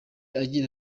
agira